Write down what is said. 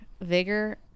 vigor